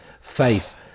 face